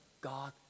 God